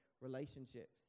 relationships